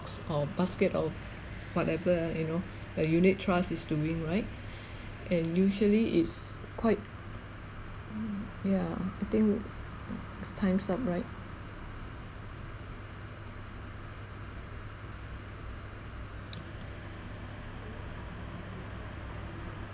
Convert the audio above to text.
or basket of whatever you know the unit trust is doing right and usually it's quite yeah I think would ya it's times up right